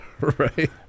Right